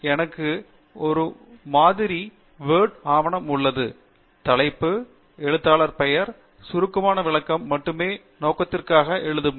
இங்கே எனக்கு ஒரு மாதிரி வேர்ட் ஆவணம் உள்ளது தலைப்பு எழுத்தாளர் பெயர் சுருக்கமான விளக்கம் மட்டுமே நோக்கத்திற்காக எழுதவும்